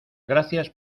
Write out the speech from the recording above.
gracias